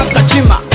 Kachima